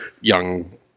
young